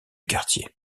quartier